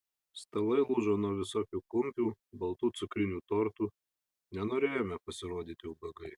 stalai lūžo nuo visokių kumpių baltų cukrinių tortų nenorėjome pasirodyti ubagai